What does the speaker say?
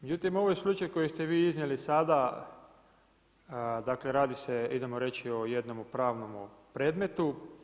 Međutim, ovaj slučaj koji ste vi iznijeli sada, dakle radi se idemo reći o jednom pravnom predmetu.